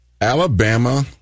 Alabama